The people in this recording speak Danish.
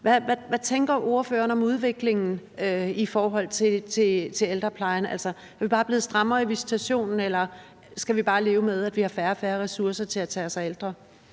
Hvad tænker ordføreren om udviklingen i forhold til ældreplejen? Altså, er vi bare blevet strammere i visitationen, eller skal vi bare leve med, at vi har færre og færre ressourcer til at tage os af ældre?